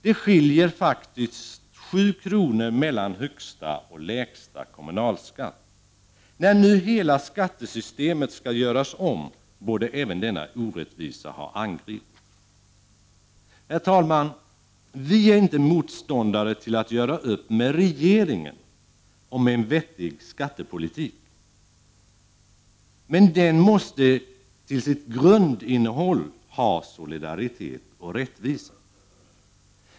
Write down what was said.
Det skiljer faktiskt sju kronor mellan högsta och lägsta kommunalskatt. När nu hela skattesystemet skall göras om, borde även denna orättvisa ha angripits. Herr talman! Vi är inte motståndare till att göra upp med regeringen om en vettig skattepolitik. Men den måste som sitt grundinnehåll ha solidaritet och rättvisa.